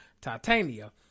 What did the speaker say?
Titania